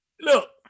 Look